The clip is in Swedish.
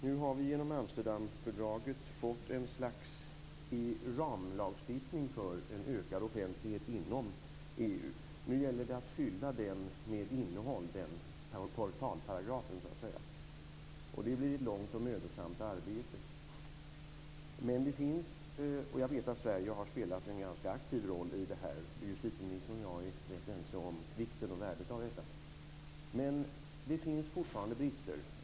Nu har vi genom Amsterdamfördraget fått ett slags ramlagstiftning för en ökad offentlighet inom EU. Nu gäller det att fylla den portalparagrafen med innehåll. Det blir ett långt och mödosamt arbete. Jag vet att Sverige har spelat en ganska aktiv roll i detta. Justitieministern och jag har ju varit ense om vikten och värdet av det. Men det finns fortfarande brister.